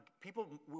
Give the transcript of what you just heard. people